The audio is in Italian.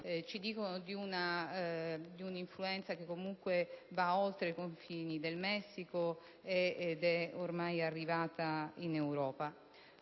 parlano di un'influenza che comunque va oltre i confini del Messico ed è ormai arrivata in Europa.